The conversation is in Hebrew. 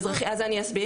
יש פה --- אז אני אסביר,